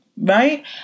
right